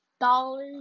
dollars